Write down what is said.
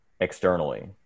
externally